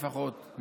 לפחות,